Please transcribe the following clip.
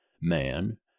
man